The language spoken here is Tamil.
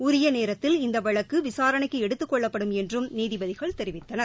உரிய நேரத்தில் இந்த வழக்கு விசாரணைக்கு எடுத்துக் கொள்ளப்படும் என்றும் நீதிபதிகள் தெரிவித்தனர்